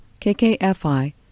KKFI